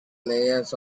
layers